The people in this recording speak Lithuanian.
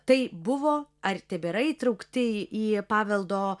tai buvo ar tebėra įtraukti į paveldo